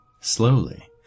slowly